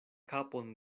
kapon